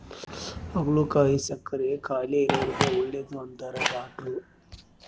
ಹಾಗಲಕಾಯಿ ಸಕ್ಕರೆ ಕಾಯಿಲೆ ಇರೊರಿಗೆ ಒಳ್ಳೆದು ಅಂತಾರ ಡಾಟ್ರು